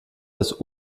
des